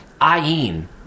Ayin